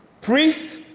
priests